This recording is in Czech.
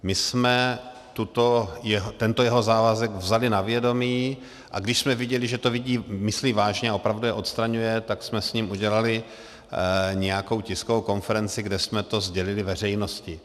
My jsme tento jeho závazek vzali na vědomí, a když jsme viděli, že to myslí vážně a opravdu je odstraňuje, tak jsme s ním udělali nějakou tiskovou konferenci, kde jsme to sdělili veřejnosti.